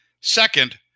Second